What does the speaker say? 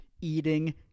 eating